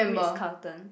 Ritz-Carlton